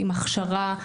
עם הכשרה,